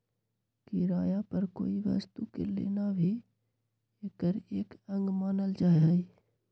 किराया पर कोई वस्तु के लेना भी एकर एक अंग मानल जाहई